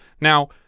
Now